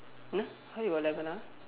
!huh! how you got eleven ah